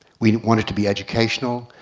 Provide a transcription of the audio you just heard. we want it to be educational,